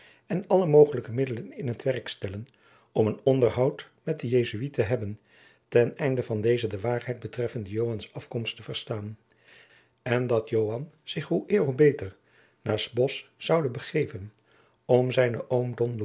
en alle mogelijke middelen in t werk stellen om een onderhoud met den jesuit te hebben ten einde van dezen de waarheid betreffende joans afkomst te verstaan en dat joan zich hoe eer hoe beter naar s bosch zoude begeven om zijnen oom don